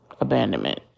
abandonment